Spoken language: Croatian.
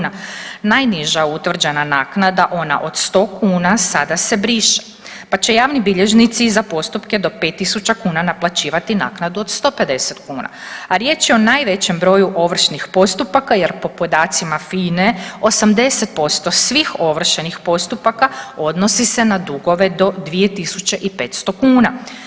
Najniža utvrđena naknada ona od 100 kuna sada se briše, pa će javni bilježnici za postupke do 5.000 kuna naplaćivati naknadu od 150 kuna, a riječ je o najvećem broju ovršnih postupaka jer po podacima FINA-e 80% svih ovršenih postupaka odnosi se na dugove do 2.500 kuna.